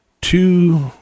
two